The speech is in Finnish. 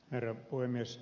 herra puhemies